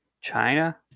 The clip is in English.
China